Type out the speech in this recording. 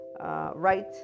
Right